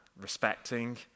respecting